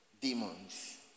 demons